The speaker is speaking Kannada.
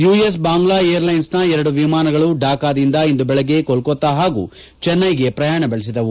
ಯುಎಸ್ ಬಾಂಗ್ಲಾ ಏರ್ಲೈನ್ಸ್ನ ಎರಡು ವಿಮಾನಗಳು ಢಾಕಾದಿಂದ ಇಂದು ಬೆಳಿಗ್ಗೆ ಕೊಲ್ಲ ತ್ಯಾ ಹಾಗೂ ಚೆನ್ನೈಗೆ ಪ್ರಯಾಣ ಬೆಳೆಸಿದವು